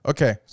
Okay